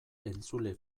entzule